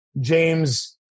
James